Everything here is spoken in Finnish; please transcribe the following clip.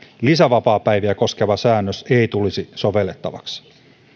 lisävapaapäiviä koskeva säännös ei tulisi sovellettavaksi